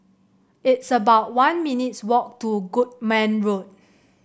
it's about one minutes' walk to Goodman Road